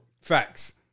Facts